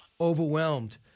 overwhelmed